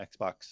Xbox